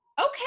okay